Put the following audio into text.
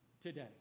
today